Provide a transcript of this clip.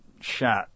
shot